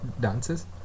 dances